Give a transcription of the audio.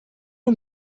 and